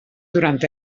durant